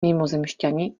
mimozemšťani